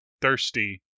thirsty